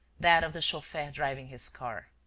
that of the chauffeur driving his car.